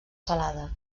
salada